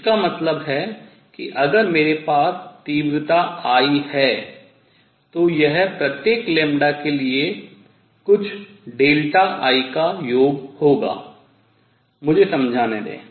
इसका मतलब है कि अगर मेरे पास तीव्रता I है तो यह प्रत्येक λ के लिए कुछ डेल्टा I का योग होगा मुझे समझाने दें